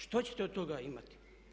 Što ćete od toga imati?